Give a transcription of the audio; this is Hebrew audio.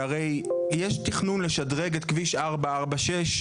שהרי יש תכנון לשדרג את כביש 446,